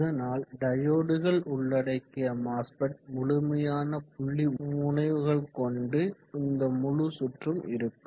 அதனால் டையோடுகள் உள்ளடிக்கிய மாஸ்பெட் முழுமையான புள்ளி முனைவுகள் கொண்டு இந்த முழு சுற்றும் இருக்கும்